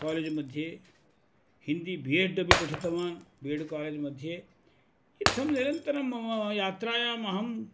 college मध्ये Hindi B Ed अपि पठितवान् बि एड् कालेज् मध्ये इथं निरन्तरं मम यात्रायाम् अहं